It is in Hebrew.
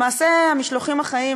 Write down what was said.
למעשה, "המשלוחים החיים"